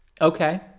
Okay